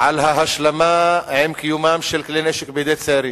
על ההשלמה עם קיומם של כלי נשק בידי צעירים,